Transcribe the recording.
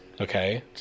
Okay